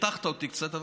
הרתחת אותי מאוד,